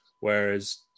Whereas